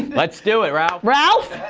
let's do it, ralph. ralph.